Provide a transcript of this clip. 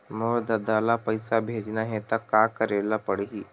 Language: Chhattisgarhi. मोर ददा ल पईसा भेजना हे त का करे ल पड़हि?